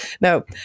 No